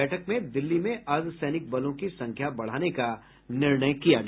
बैठक में दिल्ली में अर्द्वसैनिक बलों की संख्या बढ़ाने का निर्णय किया गया